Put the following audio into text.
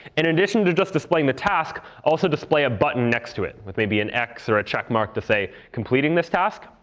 in addition to just displaying the task, also display a button next to it with maybe maybe an x or a checkmark to say, completing this task.